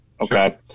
Okay